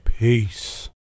Peace